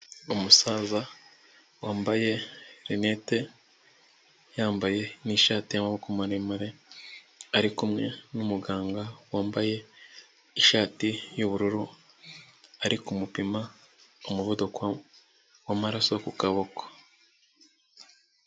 Umusaza wambaye rinete, yambaye n'ishati y'amaboko maremare, ari kumwe n'umuganga wambaye ishati y'ubururu, ari kumupima umuvuduko w'amaraso ku kaboko.